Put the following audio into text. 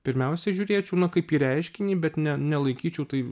pirmiausia žiūrėčiau na kaip į reiškinį bet ne nelaikyčiau tai